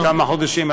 כמה חודשים.